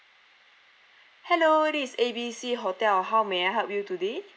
hello this is A B C hotel how may I help you today